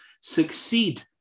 succeed